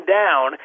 down